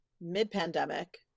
mid-pandemic